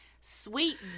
Sweet